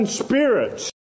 spirits